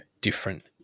different